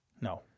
No